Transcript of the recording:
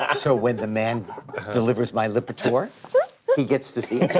ah so when the man delivers my lipitor he gets to see it.